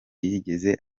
yigeze